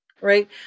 right